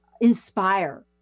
inspire